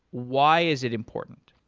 why is it important?